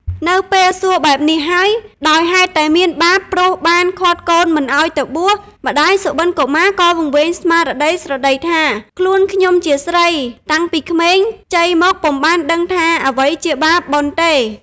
នៅពេលសួរបែបនេះហើយ ដោយហេតុតែមានបាបព្រោះបានឃាត់កូនមិនឲ្យទៅបួស ម្តាយសុបិនកុមារ ក៏វង្វេងស្មារតី ស្រដីថា ខ្លួនខ្ញុំជាស្រី តាំងពីក្មេងខ្ចីមកពុំបានដឹងថា អ្វីជាបាប បុណ្យទេ។